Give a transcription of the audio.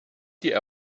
die